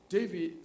David